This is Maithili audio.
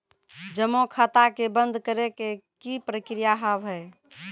जमा खाता के बंद करे के की प्रक्रिया हाव हाय?